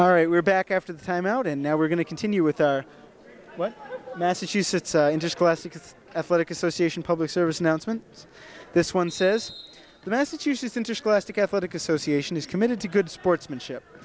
all right we're back after the timeout and now we're going to continue with massachusetts interscholastic athletic association public service announcement this one says the massachusetts interscholastic athletic association is committed to good sportsmanship